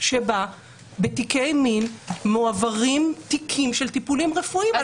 שבה בתיקי מין מועברים תיקים של טיפולים רפואיים.